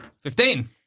Fifteen